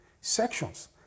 sections